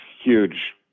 huge